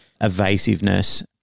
evasiveness